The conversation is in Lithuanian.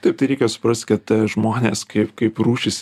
taip tai reikia suprast kad žmonės kaip kaip rūšys